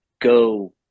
go